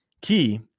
Key